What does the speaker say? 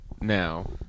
now